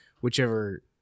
whichever